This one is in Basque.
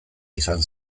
izan